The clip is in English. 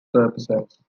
purposes